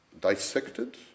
dissected